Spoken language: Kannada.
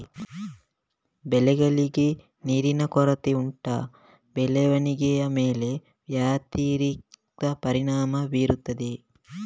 ಬೆಳೆಗಳಿಗೆ ನೀರಿನ ಕೊರತೆ ಉಂಟಾ ಬೆಳವಣಿಗೆಯ ಮೇಲೆ ವ್ಯತಿರಿಕ್ತ ಪರಿಣಾಮಬೀರುತ್ತದೆಯೇ?